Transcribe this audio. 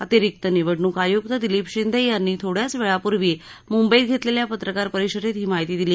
अतिरिक्त निवडणूक आयुक्त दिलीप शिंदे यांनी थोड्यावेळापूर्वी मुंबईत घेतलेल्या पत्रकार परिषदेत ही माहिती दिली